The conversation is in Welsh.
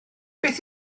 beth